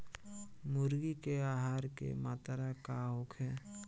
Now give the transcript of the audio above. मुर्गी के आहार के मात्रा का होखे?